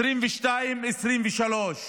2022 2023,